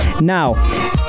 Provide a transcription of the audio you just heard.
Now